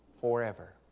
forever